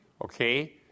Okay